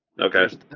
Okay